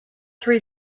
three